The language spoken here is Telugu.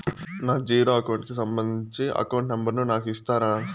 నా జీరో అకౌంట్ కి సంబంధించి అకౌంట్ నెంబర్ ను నాకు ఇస్తారా